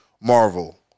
Marvel